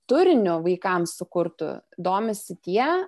turiniu vaikams sukurtu domisi tie